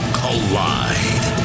collide